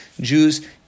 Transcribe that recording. Jews